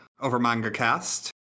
OverMangaCast